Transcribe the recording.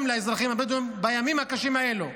גם לאזרחים הבדואים בימים הקשים האלו.